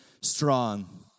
strong